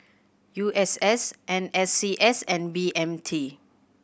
U S S N S C S and B M T